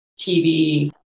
TV